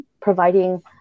providing